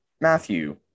Matthew